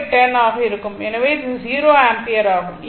எனவே இது 0 ஆம்பியர் ஆகும்